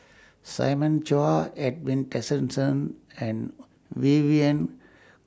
Simon Chua Edwin Tessensohn and Vivien